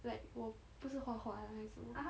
like 我不是画画的那一种